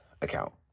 account